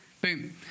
boom